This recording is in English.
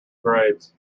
grades